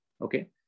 Okay